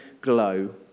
glow